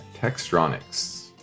Textronics